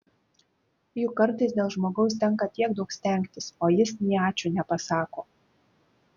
juk kartais dėl žmogaus tenka tiek daug stengtis o jis nė ačiū nepasako